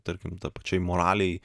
tarkim tai pačiai moralei